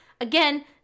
Again